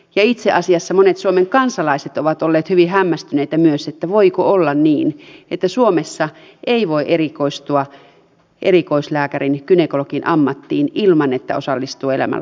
itse asiassa monet suomen kansalaiset ovat olleet hyvin hämmästyneitä myös siitä että voiko olla niin että suomessa ei voi erikoistua erikoislääkärin gynekologin ammattiin ilman että osallistuu elämän lopettamiseen